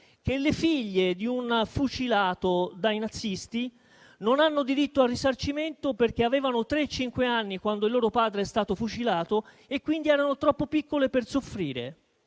che le figlie di un fucilato dai nazisti non hanno diritto al risarcimento perché avevano tre e cinque anni quando il loro padre è stato fucilato e, quindi, erano troppo piccole per soffrire.